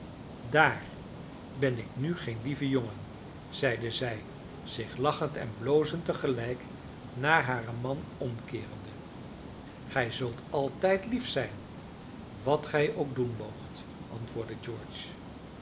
daar ben ik nu geen lieve jongen zeide zij zich lachend en blozend tegelijk naar haren man omkeerende gij zult altijd lief zijn wat gij ook doen moogt antwoordde george